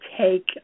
take